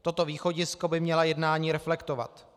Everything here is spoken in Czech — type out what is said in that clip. Toto východisko by měla jednání reflektovat.